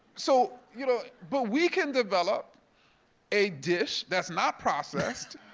so you know but we can develop a dish that's not processed,